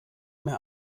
mehr